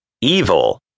Evil